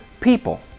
people